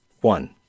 One